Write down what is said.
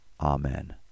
Amen